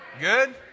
Good